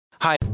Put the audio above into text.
Hi